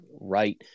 right